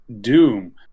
Doom